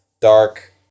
dark